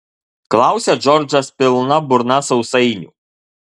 klausia džordžas pilna burna sausainių